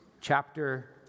chapter